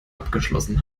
abgeschlossen